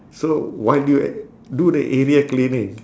so while you a~ do the area cleaning